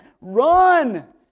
Run